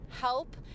help